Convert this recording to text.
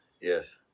yes